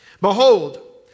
Behold